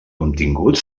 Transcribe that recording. obtingut